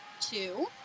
Two